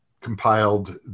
compiled